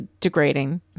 degrading